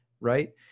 right